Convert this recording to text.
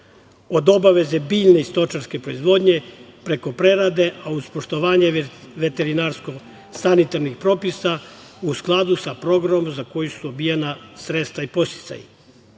od obaveze biljne i stočarske proizvodnje, preko prerade, a uz poštovanje veterinarsko sanitarnih propisa u skladu sa programom za koji su dobijena sredstva i